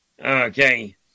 Okay